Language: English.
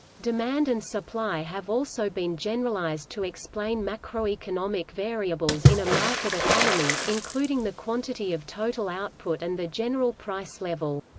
demand and supply have also been generalised to explain macroeconomic variables in a market economy, including the quantity of total output and the general price level.